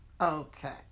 Okay